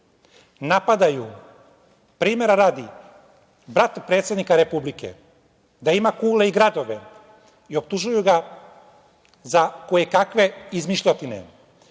napadaju, primera radi brata predsednika Republike da ima kule i gradove i optužuju ga za koje kakve izmišljotine,